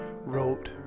wrote